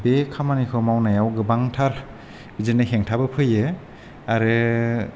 बे खामानिखौ मावनायाव गोबांथार बिदिनो हेंथाबो फैयो आरो